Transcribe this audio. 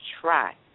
try